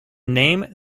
name